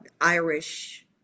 Irish